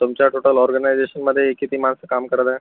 तुमच्या टोटल ऑर्गनायझेशनमध्ये किती माणसं काम करत आहे